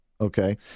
okay